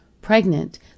pregnant